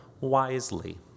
wisely